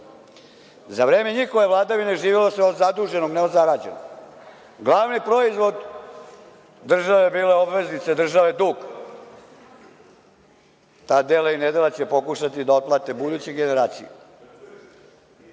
za vreme njihove vladavine živelo se od zaduženog, a ne od zarađenog. Glavni proizvod države bila je obveznica države, dug. Ta dela i nedela će pokušati da otplate buduće generacije. Ne